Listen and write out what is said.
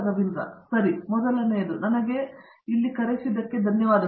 ರವೀಂದ್ರ ಗೆಟ್ಟು ಸರಿ ಮೊದಲನೆಯದು ನನಗೆ ಇಲ್ಲಿ ಹೊಂಧಿಸಿದಕ್ಕೆ ಧನ್ಯವಾದಗಳು